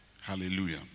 Hallelujah